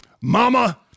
Mama